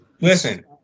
Listen